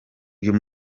uyu